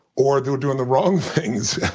or they're doing the wrong things